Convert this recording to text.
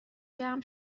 جمع